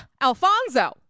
Alfonso